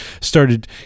started